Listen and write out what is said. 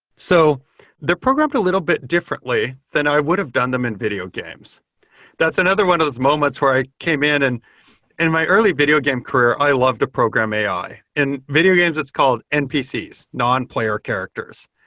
so they're programmed a little bit differently than i would've done them in videogames. that's another one of those moments where i came in, and in my early videogame career, i love the program ai. in videogames it's called npc's, non-player characters.